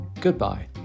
Goodbye